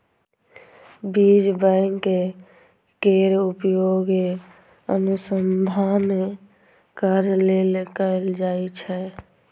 बीज बैंक केर उपयोग अनुसंधान कार्य लेल कैल जाइ छै